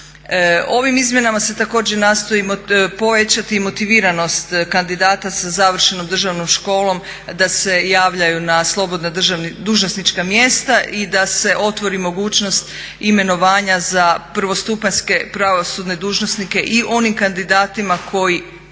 Ovim izmjenama se također nastojimo povećati i motiviranost kandidata sa završenom državnom školom da se javljaju na slobodna dužnosnička mjesta i da se otvori mogućnost imenovanja za prvostupanjske pravosudne dužnosnike i onim kandidatima koji